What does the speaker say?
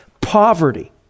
poverty